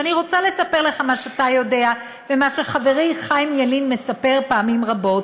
ואני רוצה לספר לך מה שאתה יודע ומה שחברי חיים ילין מספר פעמים רבות.